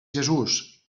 jesús